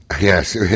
Yes